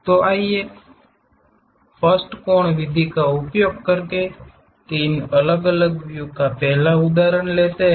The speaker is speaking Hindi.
तो आइए 1 कोण विधि का उपयोग करके तीन अलग अलग व्यू का पहला उदाहरण लेते हैं